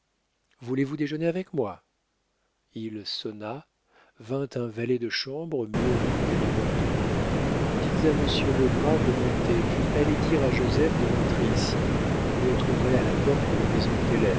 voulez-vous déjeuner avec moi il sonna vint un valet de chambre mieux mis que birotteau dites à monsieur legras de monter puis allez dire à joseph de rentrer ici vous le trouverez à la porte de la maison